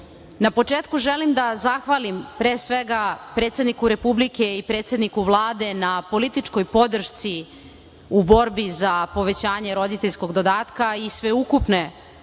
početku želim da zahvalim, pre svega, predsedniku Republike i predsedniku Vlade na političkoj podršci u borbi za povećanje roditeljskog dodatka i sveukupne